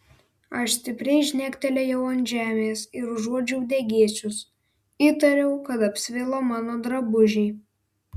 aš stipriai žnektelėjau ant žemės ir užuodžiau degėsius įtariau kad apsvilo mano drabužiai